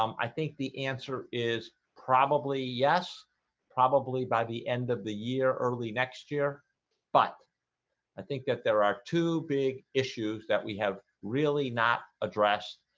um i think the answer is probably yes probably by the end of the year early next year but i think that there are two big issues that we have really not addressed